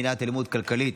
מניעת אלימות כלכלית)